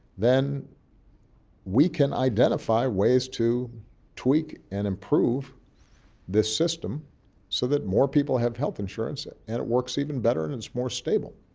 then we can identify ways to tweak and improve this system so that more people have health insurance and it works even better and it's more stable,